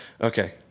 Okay